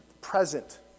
present